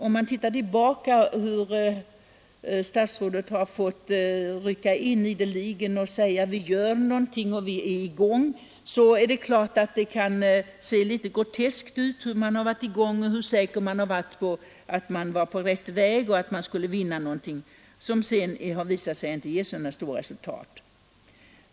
Om man ser tillbaka på hur statsrådet har fått rycka in ideligen och säga att vi gör någonting och är i gång, så kan det te sig litet groteskt hur säker man varit att man var på rätt väg och skulle vinna någonting med åtgärder som sedan visat sig inte ge så stora resultat.